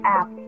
app